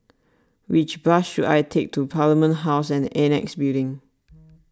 which bus should I take to Parliament House and Annexe Building